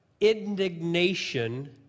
indignation